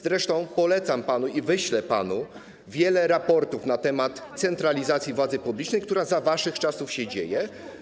Zresztą polecam panu i wyślę panu wiele raportów na temat centralizacji władzy publicznej, która za waszych czasów się dzieje.